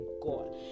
God